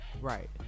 Right